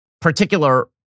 particular